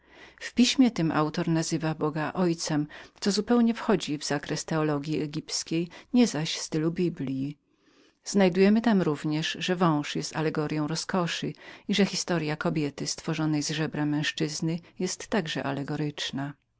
w pismie tem autor nazywa boga ojcem co zupełnie wchodzi w zakres teologji egipskiej nie zaś stylu biblji znajdujemy tam równie że wąż jest allegoryą roskoszy i że historya kobiety stworzonej z żebra męzczyzny jest także allegoryczną